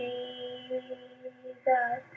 Jesus